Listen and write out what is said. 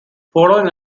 following